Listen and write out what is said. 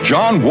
John